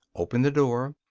opened the door,